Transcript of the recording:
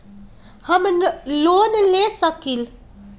हम लोन ले सकील?